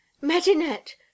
Medinet